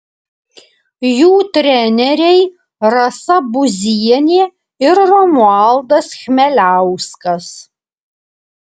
jų treneriai rasa buzienė ir romualdas chmeliauskas